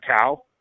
cow